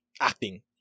acting